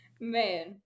Man